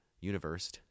universe